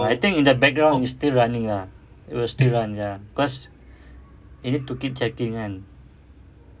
ya I think in the background it's still running ah it will still run ya because it need to keep checking kan